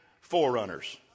forerunners